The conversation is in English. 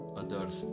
others